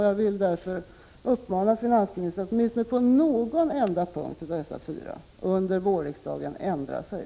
Jag vill därför uppmana finansministern att åtminstone på någon punkt av dessa fyra under vårriksdagen ändra sig.